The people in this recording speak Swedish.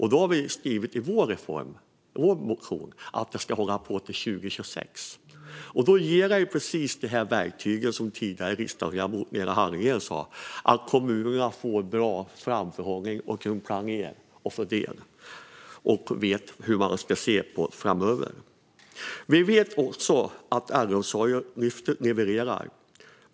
I vår motion har vi därför skrivit att den ska hålla på till 2026. Det ger precis det verktyg som den tidigare talaren Lena Hallengren talade om: att kommunerna får bra framförhållning, kan planera och fördela och vet hur man ska se på detta framöver. Vi vet också att Äldreomsorgslyftet levererar.